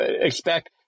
expect